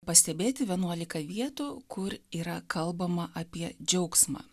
pastebėti vienuolika vietų kur yra kalbama apie džiaugsmą